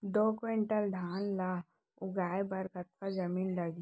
दो क्विंटल धान ला उगाए बर कतका जमीन लागही?